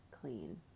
clean